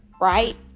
right